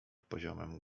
poziomem